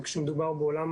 וכשמדובר בעולם